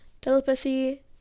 telepathy